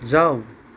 जाऊ